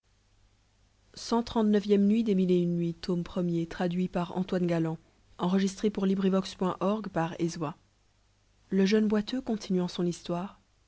le jeune boiteux continuant son histoire